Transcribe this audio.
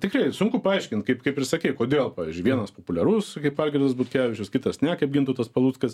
tikrai sunku paaiškint kaip kaip ir sakei kodėl pavyzdžiui vienas populiarus kaip algirdas butkevičius kitas ne kaip gintautas paluckas